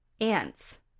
Ants